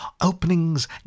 openings